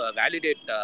validate